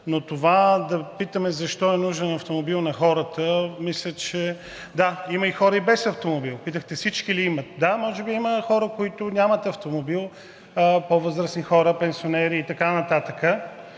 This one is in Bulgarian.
но това да питаме защо е нужен автомобил на хората, мисля, че… Да, има и хора без автомобил. Питахте: всички ли имат? Да, може би има хора, които нямат автомобил – по-възрастни хора, пенсионери и така нататък,